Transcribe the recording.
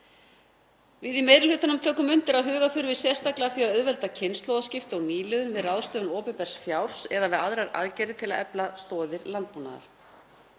Við í meiri hlutanum tökum undir að huga þurfi sérstaklega að því að auðvelda kynslóðaskipti og nýliðun við ráðstöfun opinbers fjár eða við aðrar aðgerðir til að efla stoðir landbúnaðar.